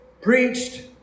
preached